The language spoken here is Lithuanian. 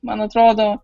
man atrodo